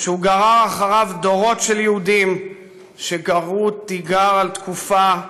שהוא גרר אחריו דורות של יהודים שקראו תיגר על תקופה,